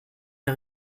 der